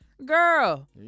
Girl